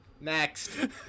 Next